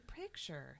picture